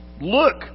Look